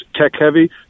tech-heavy